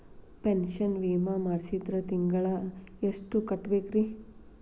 Pension ವಿಮಾ ಮಾಡ್ಸಿದ್ರ ತಿಂಗಳ ಎಷ್ಟು ಕಟ್ಬೇಕ್ರಿ?